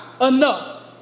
Enough